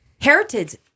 heritage